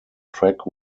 track